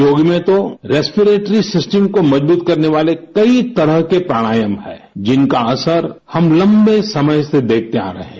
योग में तो रेस्पीरेटरी सिस्टम को मजबूत करने वाले कई तरह के प्राणायाम है जिनका असर हम लंबे समय से देखते आ रहे है